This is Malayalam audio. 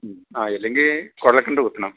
മ് ആ ഇല്ലെങ്കിൽ കുഴൽക്കിണർ കുത്തണം